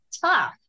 tough